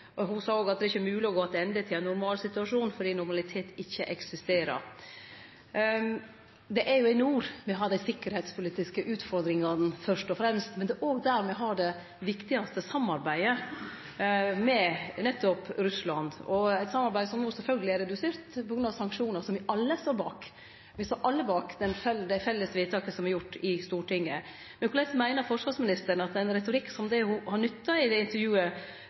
Ho sa òg at det ikkje er mogleg å gå attende til ein normalsituasjon fordi normalitet ikkje eksisterer. Det er i nord me fyrst og fremst har dei sikkerheitspolitiske utfordringane, med det er òg der me har det viktigaste samarbeidet med nettopp Russland, eit samarbeid som no sjølvsagt er redusert på grunn av sanksjonar som me alle står bak. Me står alle bak dei felles vedtaka som er gjorde i Stortinget. Korleis meiner forsvarsministeren at ein retorikk som den ho har nytta i dette intervjuet,